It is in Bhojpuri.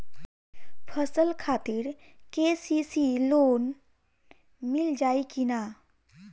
फसल खातिर के.सी.सी लोना मील जाई किना?